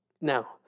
Now